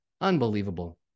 Unbelievable